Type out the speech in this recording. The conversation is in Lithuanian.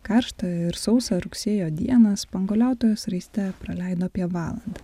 karštą ir sausą rugsėjo dieną spanguoliautojos raiste praleido apie valandą